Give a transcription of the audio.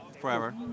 forever